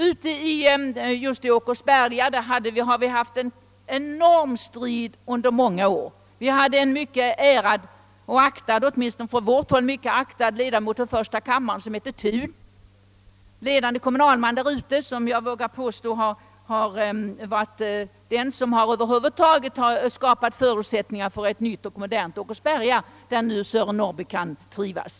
I Åkersberga stod det en enorm strid under många år. En — åtminstone på vårt håll — mycket aktad socialdemokratisk ledamot av första kammaren, som hette Thun, var en ledande kommunalman i Åkersberga. Jag vågar påstå att han är den som över huvud taget skapat förutsättningar för ett nytt och modernt Åkersberga, där Sören Norrby nu kan trivas.